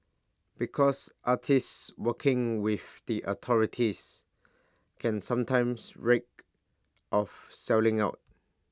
because artists working with the authorities can sometimes reek of selling out